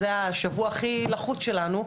זה השבוע הכי לחוץ שלנו,